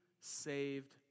saved